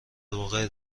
واقع